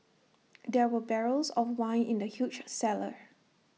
there were barrels of wine in the huge cellar